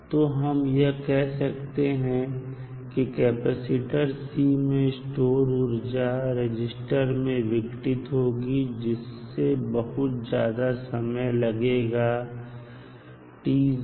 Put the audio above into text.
तो हम यह कह सकते हैं कि कैपेसिटर मैं स्टोर सारी ऊर्जा रजिस्टर में विघटित होगी जिसमें बहुत ज्यादा समय लगेगा tinfinite